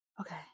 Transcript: okay